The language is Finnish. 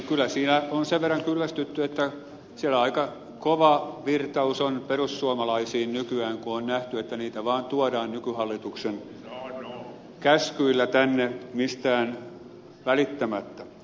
kyllä siinä on sen verran kyllästytty että siellä aika kova virtaus on perussuomalaisiin nykyään kun on nähty että niitä vaan tuodaan nykyhallituksen käskyillä tänne mistään välittämättä